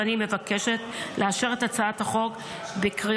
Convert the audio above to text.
ואני מבקשת לאשר את הצעת החוק בקריאות